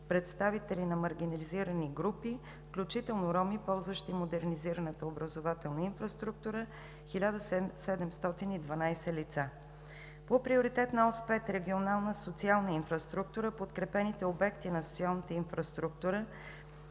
представители на маргинализирани групи, включително роми, ползващи модернизираната образователна инфраструктура, 1712 лица. По Приоритетна ос 5 – „Регионална социална инфраструктура“, подкрепените обекти на социалната инфраструктура,